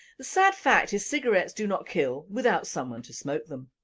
the sad fact is cigarettes do not kill without someone to smoke them,